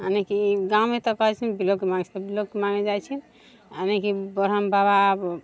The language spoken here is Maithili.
यानि कि गाँवमे तऽ कहै छै बिलौकी माँगै छै बिलौकी माँगे जाइ छै यानि कि ब्रम्ह बाबा